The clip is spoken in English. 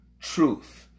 truth